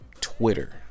twitter